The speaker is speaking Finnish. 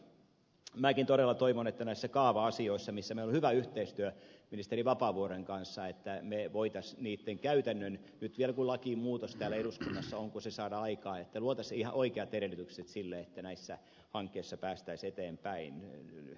minäkin todella toivon että näissä kaava asioissa missä meillä on hyvä yhteistyö ministeri vapaavuoren kanssa että ei voi tässä niitten nyt vielä kun lakimuutos täällä eduskunnassa saadaan aikaan luotaisiin ihan oikeat edellytykset sille että näissä hankkeissa päästäisiin eteenpäin